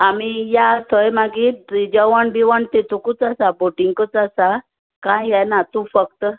आमी या थंय मागीर फ्री जेवण बिवण तेतुकूच आसा बोटींकूच आसा कांय ये ना तूं फक्त